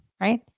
right